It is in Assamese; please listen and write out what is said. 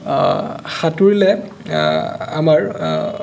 সাঁতোৰিলে আমাৰ